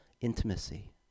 intimacy